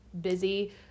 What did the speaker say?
busy